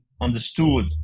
understood